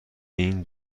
این